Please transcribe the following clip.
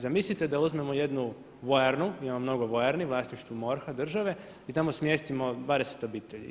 Zamislite da uzmemo jednu vojarnu, ima mnogo vojarni u vlasništvu MORH-a, države i tamo smjestimo 20 obitelji.